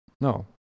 No